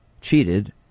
cheated